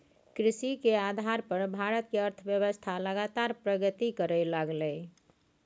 कृषि के आधार पर भारत के अर्थव्यवस्था लगातार प्रगति करइ लागलइ